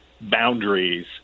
boundaries